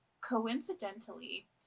coincidentally